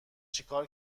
چیکار